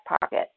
pocket